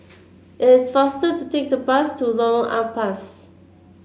it is faster to take the bus to Lorong Ampas